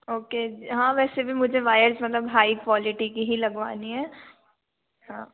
ओ के हाँ वैसे भी मुझे वायर्स मतलब हाई क्वालिटी की ही लगवानी है हाँ